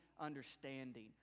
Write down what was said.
understanding